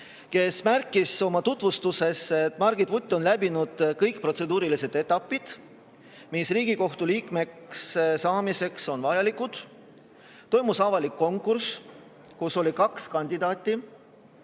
kes märkis oma tutvustuses, et Margit Vutt on läbinud kõik protseduurilised etapid, mis Riigikohtu liikmeks saamiseks on vajalikud. Toimus avalik konkurss, kus oli kaks kandidaati.